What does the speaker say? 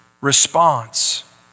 response